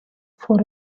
for